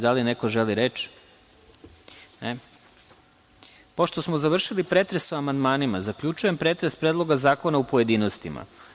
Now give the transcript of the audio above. Da li neko želi reč? (Ne.) Pošto smo završili pretres o amandmanima, zaključujem pretres Predloga zakona u pojedinostima.